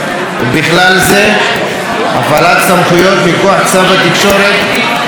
ובכלל זה הפעלת סמכויות מכוח צו התקשורת (בזק